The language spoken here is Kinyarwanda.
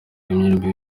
umuririmbyi